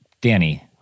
Danny